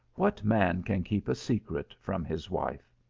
what man can keep a secret from his wife?